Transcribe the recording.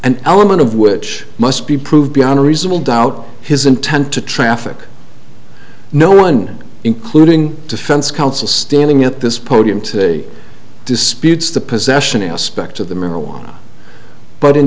an element of which must be proved beyond reasonable doubt his intent to traffic no one including defense counsel standing at this podium to disputes the possession aspect of the marijuana but in